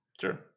Sure